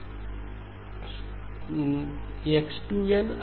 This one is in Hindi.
X2'n x n4 n4 के गुणांक 0 अन्यथा X2 nX2'3n X2 nx 3n4 3n4 के गुणांक 0 अन्यथा So X2 n